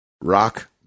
Rock